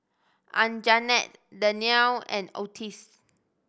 Anjanette Dannielle and Otis